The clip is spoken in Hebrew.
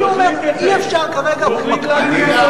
הוא אומר: אי-אפשר כרגע, והוא מקפיא.